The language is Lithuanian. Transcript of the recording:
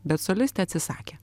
bet solistė atsisakė